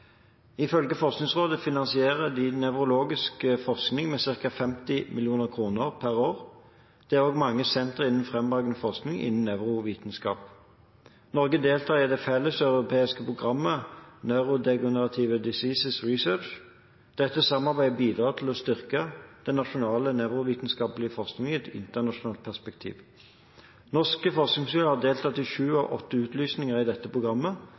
Ifølge Forskningsrådet finansierer de nevrologisk forskning med ca. 50 mill. kr per år. Det er også mange sentre innen fremragende forskning innen nevrovitenskap. Norge deltar i det felleseuropeiske programmet Neurodegenerative Disease Research. Dette samarbeidet bidrar til å styrke nasjonal nevrovitenskapelig forskning i et internasjonalt perspektiv. Norske forskningsmiljøer har deltatt i sju av åtte utlysninger i dette programmet,